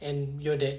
and M_I_O there